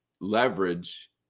leverage